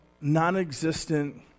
non-existent